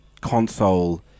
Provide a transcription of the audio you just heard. console